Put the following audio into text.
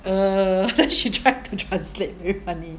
uh she try to translate very funny